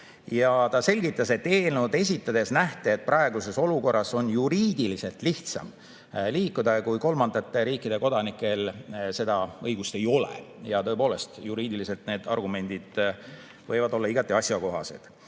Ta selgitas, et eelnõu esitades nähti, et praeguses olukorras on juriidiliselt lihtsam liikuda, kui kolmandate riikide kodanikel seda õigust ei ole. Tõepoolest, juriidiliselt võivad need argumendid olla igati asjakohased.